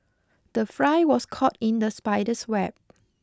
the fly was caught in the spider's web